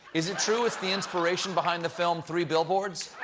is it true it's the inspiration behind the film three billboards?